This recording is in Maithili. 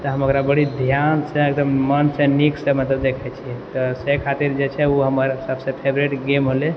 तऽ हम ओकरा बड़ी ध्यानसँ एकदम मनसँ नीकसँ मतलब देखै छियै तऽ से खातिर जे छै ओ हमर सबसँ फेवरेट गेम होले